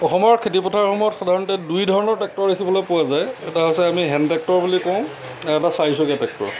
অসমত খেতি পথাৰসমূহত সাধাৰণতে দুই ধৰণৰ ট্ৰেক্টৰ দেখিবলৈ পোৱা যায় এটা হৈছে আমি হেন টেক্টৰ বুলি কওঁ আৰু এটা চাৰি চকীয়া টেক্টৰ